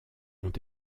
ont